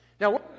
Now